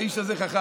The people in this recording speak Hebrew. האיש הזה חכם,